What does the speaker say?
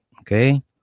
Okay